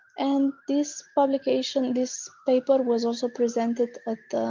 and this publication, this paper was also presented at